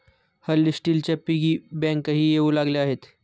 हल्ली स्टीलच्या पिगी बँकाही येऊ लागल्या आहेत